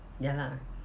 ya lah